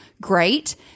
great